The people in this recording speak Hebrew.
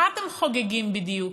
מה אתם חוגגים בדיוק?